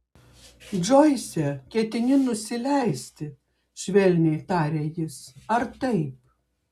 džoise ketini nusileisti švelniai tarė jis ar taip